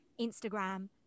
Instagram